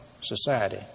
society